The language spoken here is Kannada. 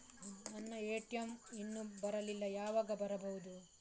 ನನ್ನ ಎ.ಟಿ.ಎಂ ಇನ್ನು ಬರಲಿಲ್ಲ, ಯಾವಾಗ ಬರಬಹುದು?